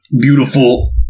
beautiful